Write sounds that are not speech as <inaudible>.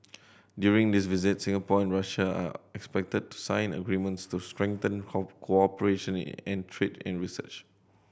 during this visit Singapore and Russia are expected to sign agreements to strengthen <unintelligible> cooperation <unintelligible> in trade and research